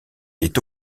est